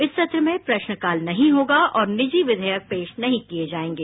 इस सत्र में प्रश्नकाल नहीं होगा और निजी विधेयक पेश नहीं किये जायेंगे